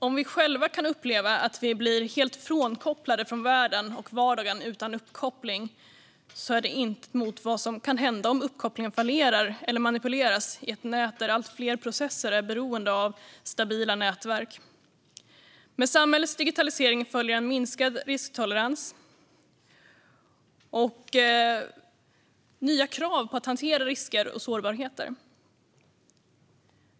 Om vi själva kan uppleva att vi blir helt frånkopplade från världen och vardagen utan uppkoppling är det ett intet mot vad som kan hända om uppkopplingen fallerar eller manipuleras i ett nät där allt fler processer är beroende av stabila nätverk. Med samhällets digitalisering följer en minskad risktolerans och nya krav på att hantera risker och sårbarheter.